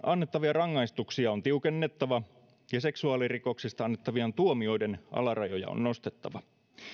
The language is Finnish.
annettavia rangaistuksia on tiukennettava ja seksuaalirikoksista annettavien tuomioiden alarajoja on nostettava